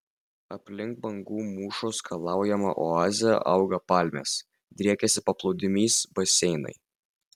aplink bangų mūšos skalaujamą oazę auga palmės driekiasi paplūdimys baseinai